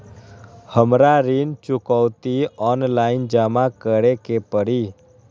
हमरा ऋण चुकौती ऑनलाइन जमा करे के परी?